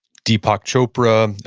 deepak chopra,